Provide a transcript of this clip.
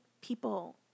people